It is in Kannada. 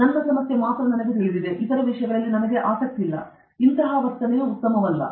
ನನ್ನ ಸಮಸ್ಯೆಗೆ ಮಾತ್ರ ಎಲ್ಲವೂ ತಿಳಿದಿದೆ ನನಗೆ ಹೆದರುವುದಿಲ್ಲ ಇತರ ವಿಷಯಗಳಲ್ಲಿ ನನಗೆ ಆಸಕ್ತಿಯಿಲ್ಲ ಇದು ಉತ್ತಮ ವರ್ತನೆ ಅಲ್ಲ